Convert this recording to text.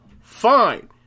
fine